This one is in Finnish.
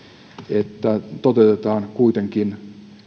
että toteutetaan kuitenkin